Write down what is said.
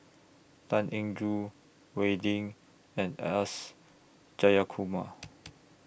Tan Eng Joo Wee Lin and S Jayakumar